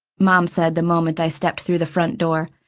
mom said the moment i stepped through the front door.